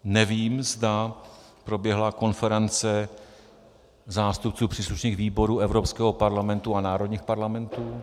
Nevím, zda proběhla konference zástupců příslušných výborů Evropského parlamentu a národních parlamentů.